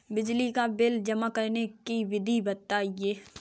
बिजली का बिल जमा करने की विधि बताइए?